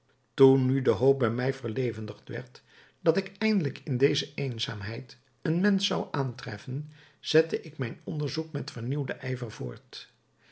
toen nu de hoop bij mij verlevendigd werd dat ik eindelijk in deze eenzaamheid een mensch zou aantreffen zette ik mijn onderzoek met vernieuwden ijver voort